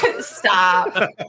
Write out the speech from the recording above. stop